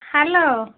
hello